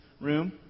room